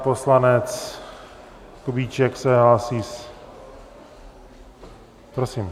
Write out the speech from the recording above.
Poslanec Kubíček se hlásí, prosím.